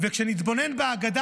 וכשנתבונן בהגדה,